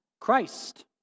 Christ